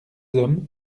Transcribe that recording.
hommes